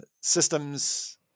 systems